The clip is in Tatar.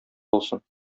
булсын